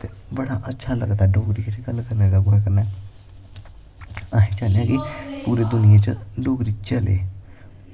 ते बड़ा अच्छा लगदा ऐ डोगरी च गल्ल करने दा अस चाह्ने आं कि पूरी दुनियां च डोगरी चले